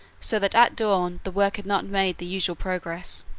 so that at dawn the work had not made the usual progress.